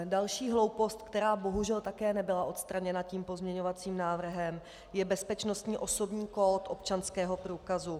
Další hloupost, která bohužel také nebyla odstraněna pozměňovacím návrhem, je bezpečnostní osobní kód občanského průkazu.